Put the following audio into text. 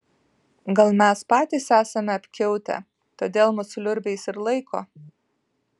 gal mes patys esame apkiautę todėl mus liurbiais ir laiko